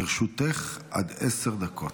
לרשותך עד עשר דקות,